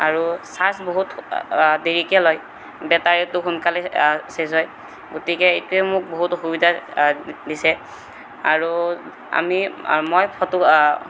আৰু চাৰ্জ বহুত দেৰিকৈ লয় বেটাৰীটো সোনকালে শেষ হয় গতিকে এইটোৱে মোক বহুত অসুবিধা দিছে আৰু আমি মই ফটো